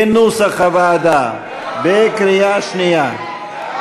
כנוסח הוועדה, בקריאה שנייה.